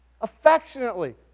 affectionately